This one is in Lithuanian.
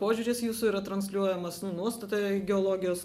požiūris jūsų yra transliuojamas nuostata geologijos